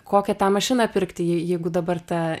kokią tą mašiną pirkti jei jeigu dabar ta